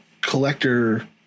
collector